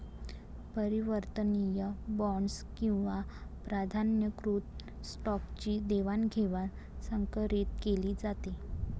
परिवर्तनीय बॉण्ड्स किंवा प्राधान्यकृत स्टॉकची देवाणघेवाण संकरीत केली जाते